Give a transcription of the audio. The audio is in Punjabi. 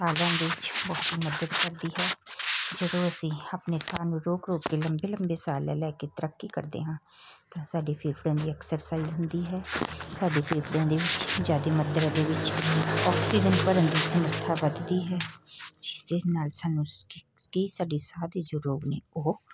ਸਾਹ ਲੈਣ ਦੇ ਵਿੱਚ ਬਹੁਤ ਮਦਦ ਕਰਦੀ ਹੈ ਜਦੋਂ ਅਸੀਂ ਆਪਣੇ ਸਾਹ ਨੂੰ ਰੋਕ ਰੋਕ ਕੇ ਲੰਬੇ ਲੰਬੇ ਸਾਹ ਲੈ ਲੈ ਕੇ ਤੈਰਾਕੀ ਕਰਦੇ ਹਾਂ ਤਾਂ ਸਾਡੇ ਫੇਫੜਿਆਂ ਦੀ ਐਕਸਰਸਾਈਜ਼ ਹੁੰਦੀ ਹੈ ਸਾਡੇ ਫੇਫੜਿਆਂ ਦੇ ਵਿੱਚ ਜ਼ਿਆਦਾ ਮਾਤਰਾ ਦੇ ਵਿੱਚ ਆਕਸੀਜਨ ਭਰਨ ਦੀ ਸਮਰੱਥਾ ਵੱਧਦੀ ਹੈ ਜਿਹਦੇ ਨਾਲ ਸਾਨੂੰ ਕਿ ਸਾਡੀ ਸਾਹ ਦੇ ਜੋ ਰੋਗ ਨੇ ਉਹ